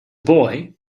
boy